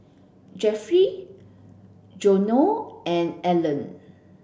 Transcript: Jeffry Geno and Allan